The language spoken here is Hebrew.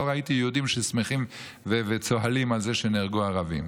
לא ראיתי יהודים ששמחים וצוהלים על זה שנהרגו ערבים.